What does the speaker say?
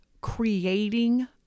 creating